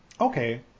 okay